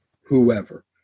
whoever